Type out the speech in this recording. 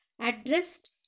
addressed